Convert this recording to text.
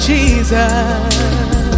Jesus